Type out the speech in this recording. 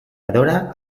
adora